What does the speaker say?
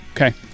Okay